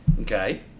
Okay